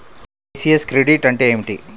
ECS credit అంటే ఏమిటి?